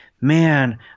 man